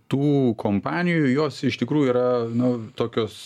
tų kompanijų jos iš tikrųjų yra nu tokios